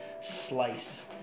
slice